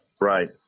Right